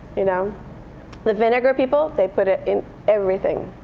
you know the vinegar people, they put it in everything.